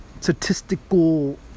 statistical